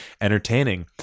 entertaining